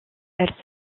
elle